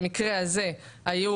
במקרה הזה, היו